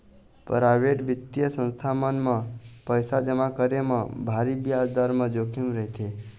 private बित्तीय संस्था मन म पइसा जमा करे म भारी बियाज दर म जोखिम रहिथे